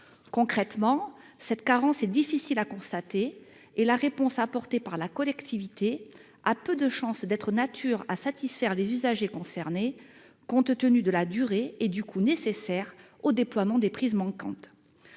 Concrètement, cette carence est difficile à constater et la réponse apportée par la collectivité a peu de chance d'être de nature à satisfaire les usagers concernés, compte tenu de la durée et du coût nécessaires au déploiement des prises manquantes.